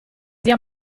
zia